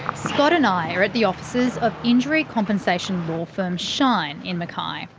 scott and i are at the offices of injury compensation law firm shine in mackay.